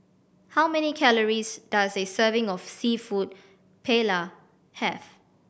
how many calories does a serving of Seafood Paella have